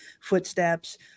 footsteps